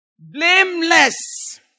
blameless